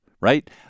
right